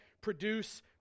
produce